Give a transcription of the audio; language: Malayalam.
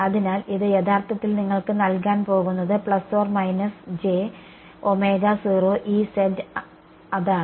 അതിനാൽ ഇത് യഥാർത്ഥത്തിൽ നിങ്ങൾക്ക് നൽകാൻ പോകുന്നത് അതാണ്